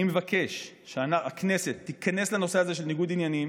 אני מבקש שהכנסת תיכנס לנושא הזה של ניגוד עניינים,